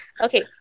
Okay